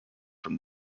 from